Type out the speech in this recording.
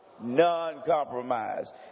Non-compromise